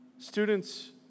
Students